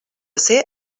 ser